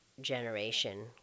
generation